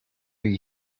you